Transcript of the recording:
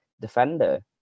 defender